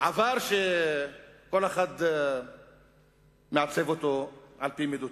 עבר שכל אחד מעצב אותו על-פי מידותיו.